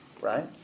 right